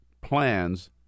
plans